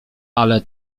ale